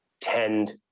tend